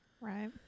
Right